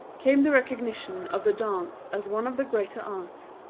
came the recognition of the dance as one of the greater arts,